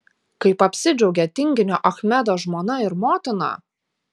kaip apsidžiaugė tinginio achmedo žmona ir motina